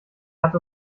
hat